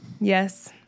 Yes